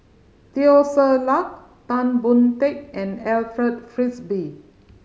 Teo Ser Luck Tan Boon Teik and Alfred Frisby